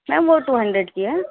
میم وہ two hundred کی ہے